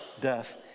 death